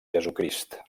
jesucrist